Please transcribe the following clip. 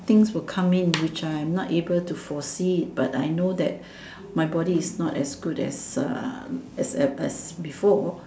things will come in which I'm not be able to foresee it but I know that my body is not as good as uh as as before